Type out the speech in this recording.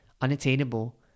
unattainable